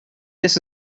this